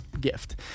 gift